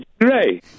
Grey